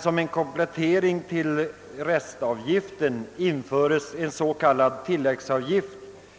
Som en komplettering till restavgiften införes dock en s.k. tilläggsavgift